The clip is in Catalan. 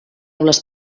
les